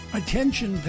attention